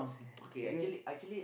okay actually actually